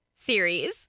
Series